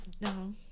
No